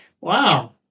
Wow